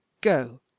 Go